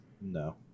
No